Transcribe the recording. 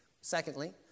Secondly